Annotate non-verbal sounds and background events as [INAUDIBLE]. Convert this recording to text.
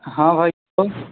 ہاں بھائی [UNINTELLIGIBLE]